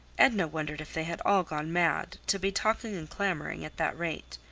edna wondered if they had all gone mad, to be talking and clamoring at that rate.